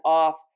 off